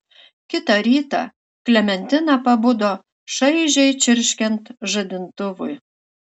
kitą rytą klementina pabudo šaižiai čirškiant žadintuvui